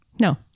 no